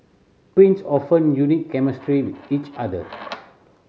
twins often unique chemistry with each other